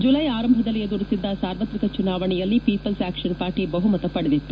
July ಆರಂಭದಲ್ಲಿ ಎದುರಿಸಿದ್ದ ಸಾರ್ವತ್ರಿಕ ಚುನಾವಣೆಯಲ್ಲಿ ಪೀಪಲ್ಸ್ ಆಕ್ಷನ್ ಪಾರ್ಟಿ ಬಹುಮತ ಪಡೆದಿತ್ತು